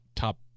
Top